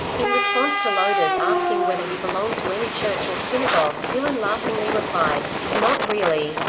in response to loder's asking whether he belonged to any church or synagogue, dylan laughingly replied, not really.